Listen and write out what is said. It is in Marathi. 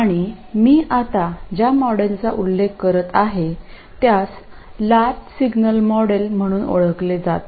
आणि मी आता ज्या मॉडेलचा उल्लेख करीत आहे त्यास लार्ज सिग्नल मॉडेल म्हणून ओळखले जाते